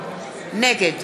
נגד